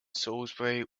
salisbury